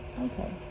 Okay